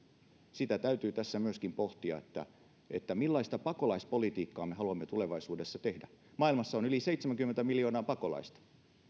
tässä täytyy myöskin pohtia sitä millaista pakolaispolitiikkaa me haluamme tulevaisuudessa tehdä maailmassa on yli seitsemänkymmentä miljoonaa pakolaista